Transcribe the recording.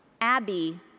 Abby